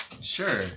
Sure